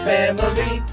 Family